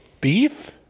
beef